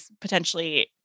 potentially